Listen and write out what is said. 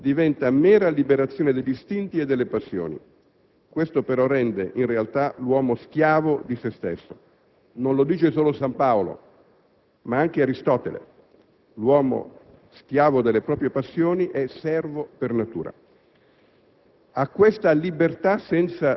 separata dalla verità, diventa mera liberazione degli istinti e delle passioni. Questo però rende, in realtà, l'uomo schiavo di se stesso. Non lo dice solo San Paolo, ma anche Aristotele: l'uomo schiavo delle proprie passioni è «servo per natura».